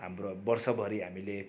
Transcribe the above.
हाम्रो वर्षभरि हामीले